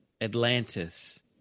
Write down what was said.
Atlantis